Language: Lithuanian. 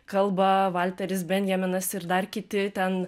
kalba valteris benjaminas ir dar kiti ten